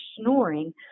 snoring